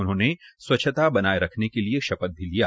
उन्होंने स्वच्छता बनाये रखने के लिए शपथ भी लिया